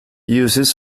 uses